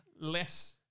less